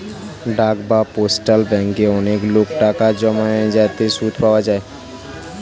ডাক বা পোস্টাল ব্যাঙ্কে অনেক লোক টাকা জমায় যাতে সুদ পাওয়া যায়